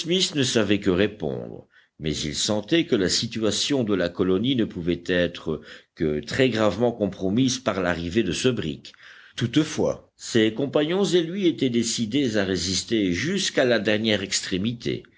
ne savait que répondre mais il sentait que la situation de la colonie ne pouvait être que très gravement compromise par l'arrivée de ce brick toutefois ses compagnons et lui étaient décidés à résister jusqu'à la dernière extrémité